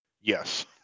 Yes